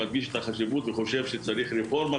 מדגיש את החשיבות וחושב שצריך רפורמה,